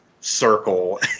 circle